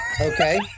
Okay